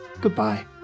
goodbye